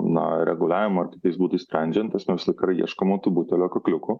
na reguliavimo ar kitais būdais sprendžiant ta prasme visą laiką yra ieškoma tų butelių kakliukų